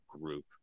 group